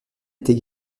était